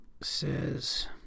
says